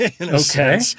Okay